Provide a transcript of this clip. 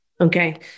Okay